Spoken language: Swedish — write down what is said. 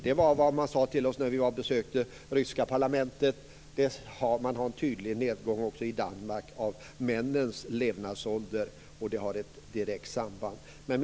Det sade man till oss när vi besökte det ryska parlamentet. I Danmark har en tydlig nedgång av männens levnadsålder ett direkt samband med detta.